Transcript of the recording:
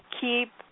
keep